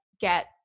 get